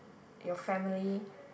your family